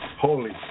holy